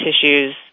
tissues